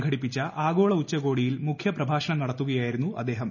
സംഘടിപ്പിച്ച ആഗോള ഉച്ചകോടിയിൽ മുഖ്യ പ്രഭാഷണം നടത്തുകയായിരുന്നു അദ്ദേഹം